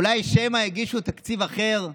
או שמא הגישו תקציב אחר?